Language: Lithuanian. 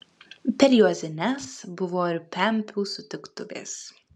per juozines buvo ir pempių sutiktuvės